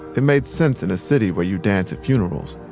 it made sense in a city where you dance at funerals.